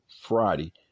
Friday